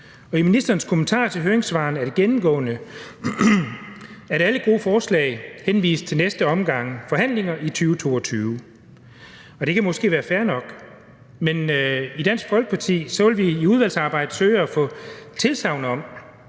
i ministerens kommentarer til høringssvarene er det gennemgående, at alle gode forslag henvises til næste omgang forhandlinger i 2022. Det kan måske være fair nok, men i Dansk Folkeparti vil vi i udvalgsarbejdet søge at få tilsagn om,